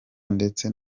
ndetse